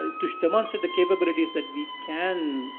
to demonstrate the capabilities that we can